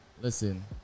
Listen